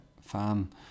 fan